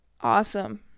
Awesome